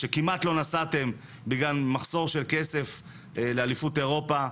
שכמעט לא נסעתם בגלל מחסור של כסף לאליפות אירופה.